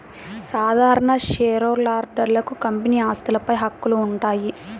సాధారణ షేర్హోల్డర్లకు కంపెనీ ఆస్తులపై హక్కులు ఉంటాయి